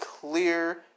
clear